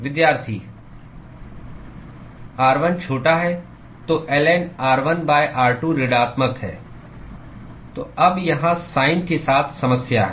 r1 छोटा है तो ln r1 r2 ऋणात्मक है तो अब यहाँ साइन के साथ समस्या है